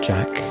Jack